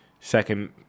second